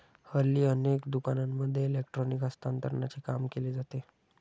हल्ली अनेक दुकानांमध्ये इलेक्ट्रॉनिक हस्तांतरणाचे काम केले जाते